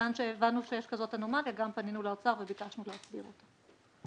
מכיוון שהבנו שיש כזאת אנומליה גם פנינו לאוצר וביקשנו להסדיר אותו.